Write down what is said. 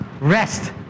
rest